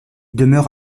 demeure